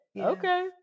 Okay